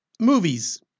Movies